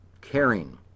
Caring